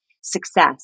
success